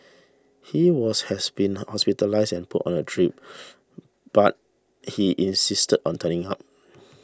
he was has been hospitalised and put on a drip but he insisted on turning up